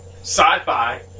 sci-fi